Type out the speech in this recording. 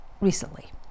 recently